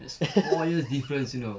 that's four years difference you know